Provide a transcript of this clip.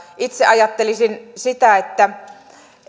itse ajattelisin sitä että